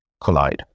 collide